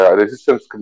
resistance